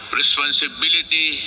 responsibility